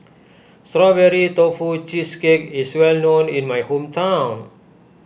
Strawberry Tofu Cheesecake is well known in my hometown